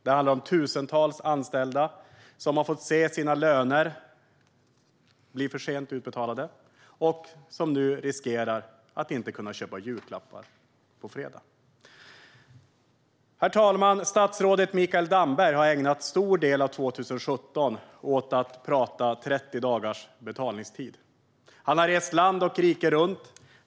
Den handlar om tusentals anställda som har fått se sina löner bli för sent utbetalade och som nu riskerar att inte kunna köpa julklappar på fredag. Herr talman! Statsrådet Mikael Damberg har ägnat en stor del av 2017 åt att prata om 30 dagars betalningstid. Han har rest land och rike runt.